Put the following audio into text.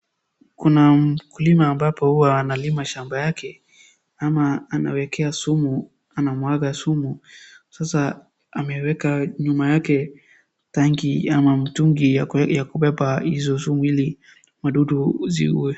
Kuna mkulima ambapo huwa analima shamba yake ama anawekea sumu anamwaga sumu sasa ameweka nyuma yake kuna tanki ama mtungi ya kubeba hiyo sumu ili wadudu waziue